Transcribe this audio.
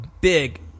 big